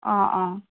অঁ অঁ